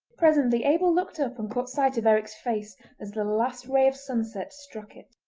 presently abel looked up and caught sight of eric's face as the last ray of sunset struck it.